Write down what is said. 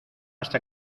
hasta